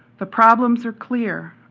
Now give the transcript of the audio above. the problems are clear,